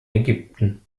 ägypten